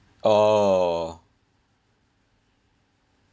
oh